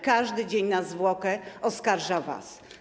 Każdy dzień zwłoki oskarża was.